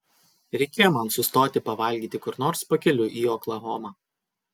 reikėjo man sustoti pavalgyti kur nors pakeliui į oklahomą